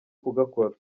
kugakora